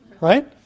right